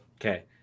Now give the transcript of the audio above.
Okay